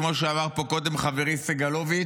כמו שאמר פה קודם חברי סגלוביץ'